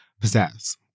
possess